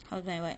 how do I what